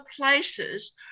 places